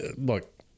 look